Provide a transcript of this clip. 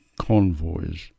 convoys